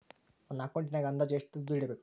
ನನ್ನ ಅಕೌಂಟಿನಾಗ ಅಂದಾಜು ಎಷ್ಟು ದುಡ್ಡು ಇಡಬೇಕಾ?